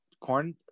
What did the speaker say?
corn